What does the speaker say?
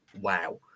wow